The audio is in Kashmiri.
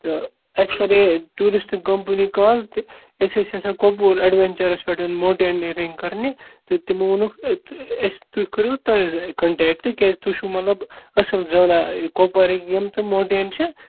تہٕ اَسہِ کَرے ٹوٗرِسٹ کَمپٔنی کال تہِ أسۍ حظ چھِ یژھان کۄپوور اٮ۪ڈوٮ۪نچرَس پٮ۪ٹھ ماوٹینٔرِنٛگ کرنہِ تہٕ تِمو ووٚنُکھ أسۍ تُہۍ کٔرِو تۄہہِ کَنٹیکٹ کیٛازِ تُہۍ چھُو مطلب اَصٕل زانان کپوارِک یِم تہِ ماوٹین چھِ